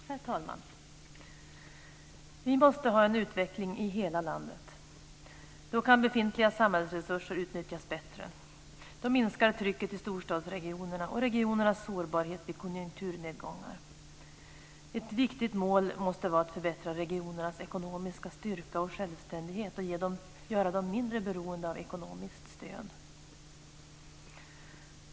Herr talman! Vi måste ha en utveckling i hela landet. Då kan befintliga samhällsresurser utnyttjas bättre. Då minskar trycket i storstadsregionerna och regionernas sårbarhet vid konjunkturnedgångar. Ett viktigt mål måste vara att förbättra regionernas ekonomiska styrka och självständighet och att göra dem mindre beroende av ekonomiskt stöd.